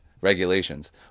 regulations